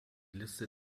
liste